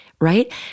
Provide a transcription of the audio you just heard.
right